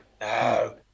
No